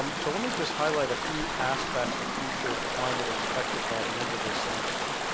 um so let me just highlight a few aspects of future climate expected by the end of this century.